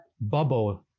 bubble